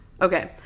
okay